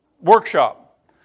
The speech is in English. workshop